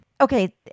okay